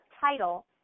title